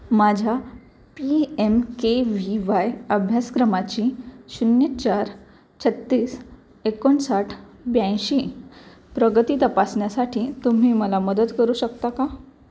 माझ्या P M K V Y अभ्यासक्रमाची शून्य चार छत्तीस एकोणसाठ ब्याऐंशी प्रगती तपासण्यासाठी तुम्ही मला मदत करू शकता का